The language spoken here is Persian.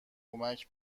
کمک